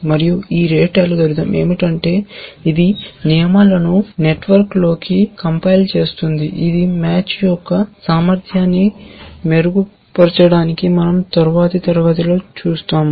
మరియు ఈ RETE algorithm ఏమిటంటే ఇది నియమాలను నెట్వర్క్లోకి కంపైల్ చేస్తుంది ఇది మ్యాచ్ యొక్క సామర్థ్యాన్ని మెరుగుపరచడానికి మనం తరువాతి తరగతిలో చూస్తాము